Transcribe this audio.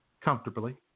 comfortably